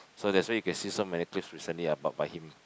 so that's why you can see so many place recently up by him